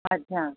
अच्छा